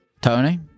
Tony